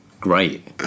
great